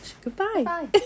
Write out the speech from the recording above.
Goodbye